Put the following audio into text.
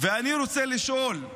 ואני רוצה לשאול,